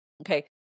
Okay